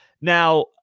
Now